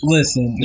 Listen